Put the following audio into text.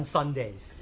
Sundays